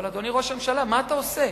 אבל, אדוני ראש הממשלה, מה אתה עושה?